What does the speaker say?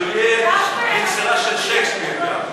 ג'ולייט היא יצירה של שייקספיר גם,